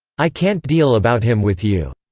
i can't deal about him with you.